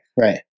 Right